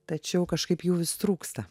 tačiau kažkaip jų vis trūksta